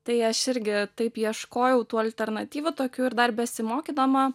tai aš irgi taip ieškojau tų alternatyvų tokių ir dar besimokydama